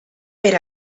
per